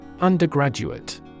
Undergraduate